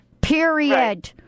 period